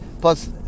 plus